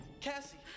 Cassie